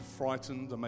frightened